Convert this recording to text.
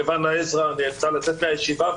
נאלצה לצאת מהישיבה.